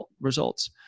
results